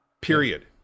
period